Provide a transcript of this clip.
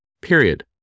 period